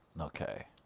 Okay